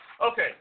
Okay